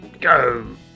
go